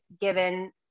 given